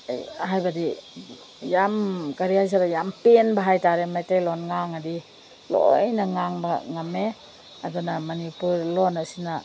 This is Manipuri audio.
ꯑꯩ ꯍꯥꯏꯕꯗꯤ ꯌꯥꯝ ꯀꯔꯤ ꯍꯥꯏꯁꯤꯔꯥ ꯌꯥꯝ ꯄꯦꯟꯕ ꯍꯥꯏꯇꯥꯔꯦ ꯃꯩꯇꯩꯂꯣꯟ ꯉꯥꯡꯉꯗꯤ ꯂꯣꯏꯅ ꯉꯥꯡꯕ ꯉꯝꯃꯦ ꯑꯗꯨꯅ ꯃꯅꯤꯄꯨꯔ ꯂꯣꯟ ꯑꯁꯤꯅ